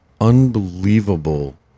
unbelievable